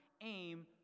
Aim